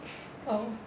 oh